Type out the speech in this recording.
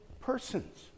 persons